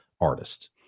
artist